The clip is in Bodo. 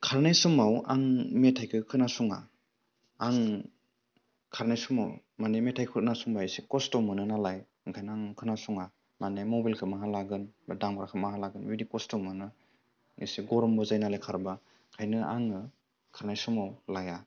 खारनाय समाव आं मेथाइखौ खोनासङा आं खारनाय समाव माने मेथाइ खोनासंबा एसे खस्थ' मोनो नालाय ओंखायनो आं खोनासङा माने मबाइलखौ बहा लागोन दामग्राखौ बहा लागोन खस्थ' मोनो एसे गरमबो जायो नालाय खारोबा ओंखायनो आङो खारनाय समाव लाया